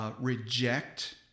Reject